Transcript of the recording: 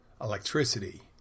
electricity